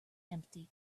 empty